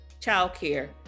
childcare